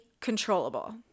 controllable